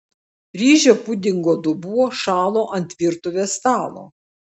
ryžių pudingo dubuo šalo ant virtuvės stalo